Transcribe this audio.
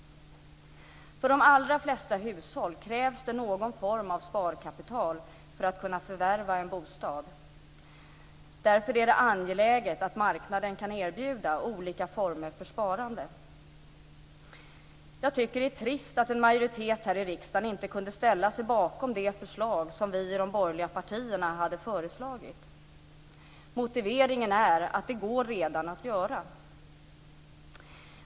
I de allra flesta hushåll krävs det någon form av sparkapital för att det ska kunna förvärva en bostad. Därför är det angeläget att marknaden kan erbjuda olika former för sparande. Jag tycker att det är trist att en majoritet här i riksdagen inte kunnat ställa sig bakom det förslag som vi i de borgerliga partierna har lagt fram. Motiveringen för avslag var att detta redan går att erbjuda.